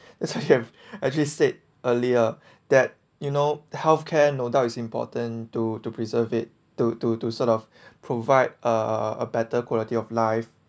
it's a have actually said earlier that you know health care no doubt is important to to preserve it to to to sort of provide uh a better quality of life